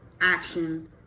action